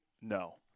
no